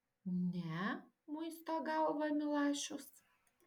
ne muisto galvą milašius